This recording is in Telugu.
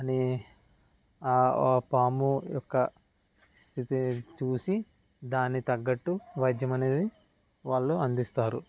అని ఆ పాము యొక్క స్థితి చూసి దాని తగ్గట్టు వైద్యం అనేది వాళ్ళు అందిస్తారు